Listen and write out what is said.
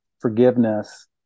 forgiveness